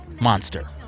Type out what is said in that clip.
Monster